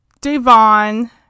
Devon